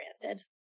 granted